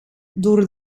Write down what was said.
door